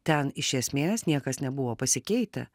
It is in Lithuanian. ten iš esmės niekas nebuvo pasikeitę